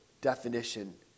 definition